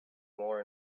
more